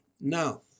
Now